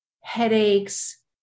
headaches